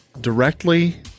directly